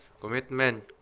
commitment